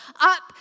up